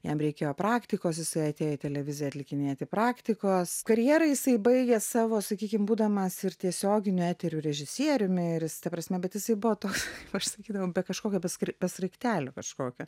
jam reikėjo praktikos jisai atėjo į televiziją atlikinėti praktikos karjerą jisai baigė savo sakykim būdamas ir tiesioginio eterio režisierium ir jis ta prasme bet jisai buvo toks aš sakydavau kažkokio be skrai be sraigtelio kažkokio